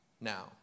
now